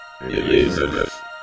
Elizabeth